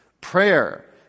Prayer